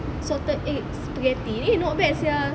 salted egg spaghetti eh not bad sia